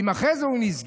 אם אחרי זה הוא נסגר,